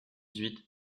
huit